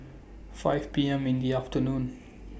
five P M in The afternoon